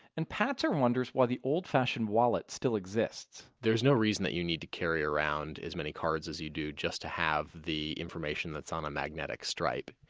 and patzer wonders why the old-fashioned wallet still exists there is no reason that you need to carry around as many cards as you do just to have the information that's on a magnetic stripe.